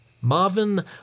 Marvin